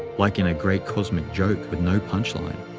like in a great cosmic joke with no punch line.